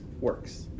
works